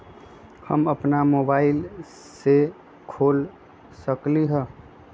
हम अपना मोबाइल से खोल सकली ह?